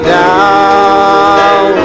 down